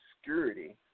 obscurity